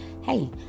hey